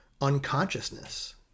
unconsciousness